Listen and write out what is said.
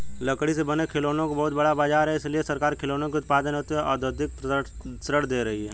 लकड़ी से बने खिलौनों का बहुत बड़ा बाजार है इसलिए सरकार खिलौनों के उत्पादन हेतु औद्योगिक ऋण दे रही है